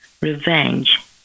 revenge